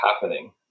happening